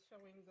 showing